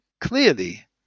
clearly